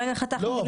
לא,